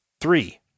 three